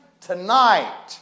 tonight